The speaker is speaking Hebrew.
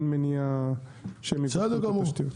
אין מניעה שהן יבצעו את התשתיות.